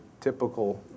typical